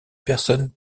personne